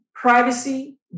Privacy